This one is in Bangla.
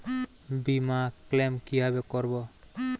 বিমা ক্লেম কিভাবে করব?